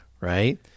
Right